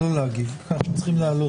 ולצערי הרב,